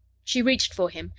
she reached for him,